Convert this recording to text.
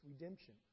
redemption